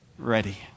Ready